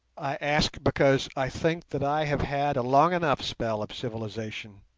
i ask because i think that i have had a long enough spell of civilization.